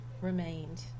remained